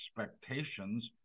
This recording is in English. expectations